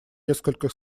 несколько